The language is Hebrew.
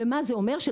ומה זה אומר?